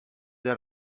del